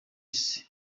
wese